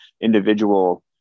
individual